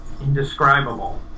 indescribable